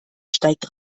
steigt